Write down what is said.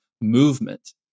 movement